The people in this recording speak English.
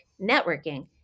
networking